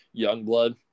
Youngblood